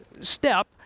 step